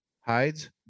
Hides